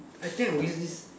I think I will use this